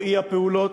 או האי-פעולות,